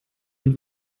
und